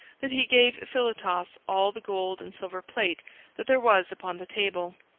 that he gave philotas all the gold and silver plate that there was upon the table,